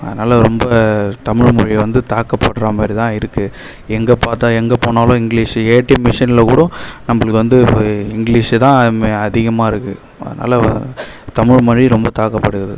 அதனால் ரொம்ப தமிழ் மொழியை வந்து தாக்கப்படுற தான் இருக்கு எங்கே பார்த்தா எங்கே போனாலும் இங்கிலிஷு ஏடிஎம் மிஷனில் கூடம் நம்பளுக்கு வந்து இப்போ இங்கிலிஷு தான் மெ அதிகமாக இருக்கு அதனால தமிழ் மொழி ரொம்ப தாக்கப்படுகிறது